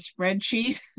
spreadsheet